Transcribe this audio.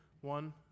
one